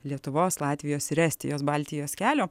lietuvos latvijos ir estijos baltijos kelio